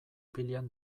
pilean